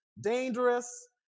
dangerous